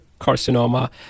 carcinoma